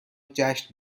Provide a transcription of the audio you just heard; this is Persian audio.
جشن